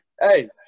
Hey